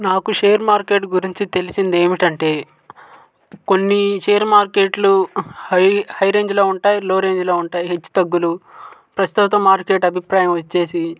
నాకు share market గురించి తెలిసింది ఏమిటంటే కొన్ని షేర్ మార్కెట్లు హై హై రేంజ్లో ఉంటాయి లో రేంజ్లో ఉంటాయి హెచ్చు తగ్గులు ప్రస్తుతం మార్కెట్ అభిప్రాయం వచ్చేసి